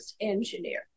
engineer